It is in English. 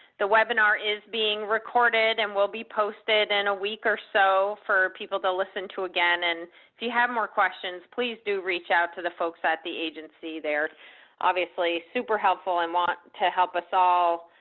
the webinar is being recorded and will be posted in a week or so for people to listen to again and if you have more questions, please do reach out to the folks at the agency. they're obviously super helpful and want to help us all